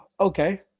Okay